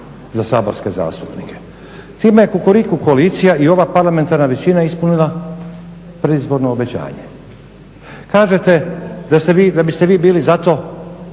za saborske zastupnike. Time je kukuriku koalicija i ova parlamentarna većina ispunila predizborno obećanje. Kažete da ste vi, da